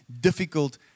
difficult